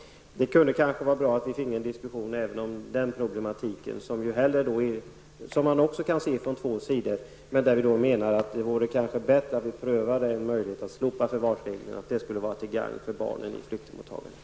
Det kunde nog vara bra att få en diskussion även om det problemet, som man också kan se från två håll. Vi menar att det vore bättre att pröva att slopa förvarsreglerna, och att det skulle vara till gagn för barnen i flyktingmottagningen.